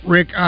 Rick